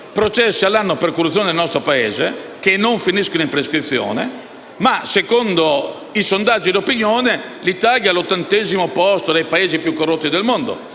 processi all'anno per corruzione nel nostro Paese che non finiscono in prescrizione ma, secondo i sondaggi di opinione, l'Italia è all'ottantesimo posto tra i Paesi più corrotti del mondo.